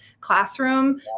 classroom